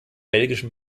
belgischen